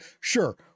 sure